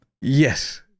Yes